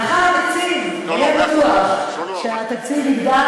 לאחר קבלת התקציב תהיה בטוח שהתקציב יגדל